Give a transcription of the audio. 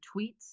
tweets